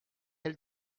elle